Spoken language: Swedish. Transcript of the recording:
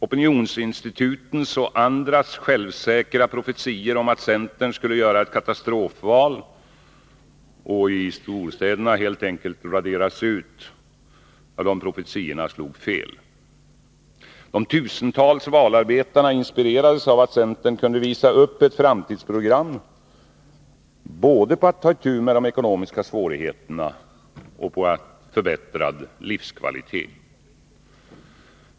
Opinionsinstitutens och andras självsäkra profetior om att centern skulle göra ett katastrofval och helt enkelt raderas ut i storstäderna slog fel. De tusentals valarbetarna inspirerades av att centern kunde visa upp ett framtidsprogram inriktat både på att ta itu med de ekonomiska svårigheterna och på att förbättra livskvaliteten.